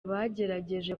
bagerageje